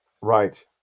Right